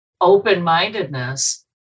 open-mindedness